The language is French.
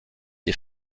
des